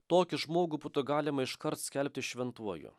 tokį žmogų būtų galima iškart skelbti šventuoju